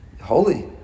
Holy